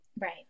right